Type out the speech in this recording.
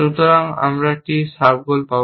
সুতরাং আমরা একটি সাব গোল পাব